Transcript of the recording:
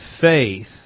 faith